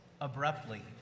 abruptly